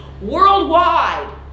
Worldwide